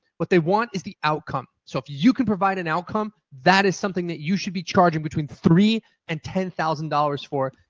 what they want is the outcome. so if you can provide an outcome, that is something you should be charging between three and ten thousand dollars for.